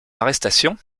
arrestation